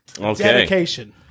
Dedication